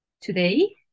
today